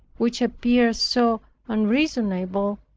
which appeared so unreasonable,